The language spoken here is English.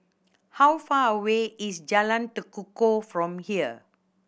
how far away is Jalan Tekukor from here